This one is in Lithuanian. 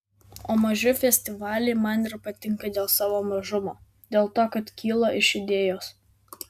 o maži festivaliai man ir patinka dėl savo mažumo dėl to kad kyla iš idėjos